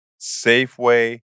Safeway